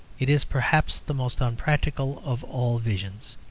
it is perhaps the most unpractical of all visions.